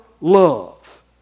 love